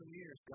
years